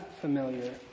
familiar